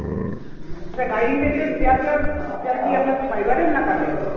আচ্ছা আচ্ছা ডাইনিং টেবিলের চেয়ার টেইয়ার চেয়ার কি আপনার ফাইভারের না কাঠের হবে